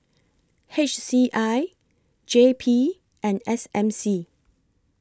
H C I J P and S M C